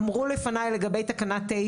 אמרו לפני לגבי תקנה 9